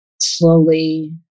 slowly